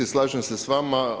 Slažem se s vama.